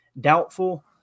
Doubtful